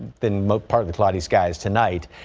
than most partly cloudy skies tonight.